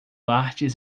artes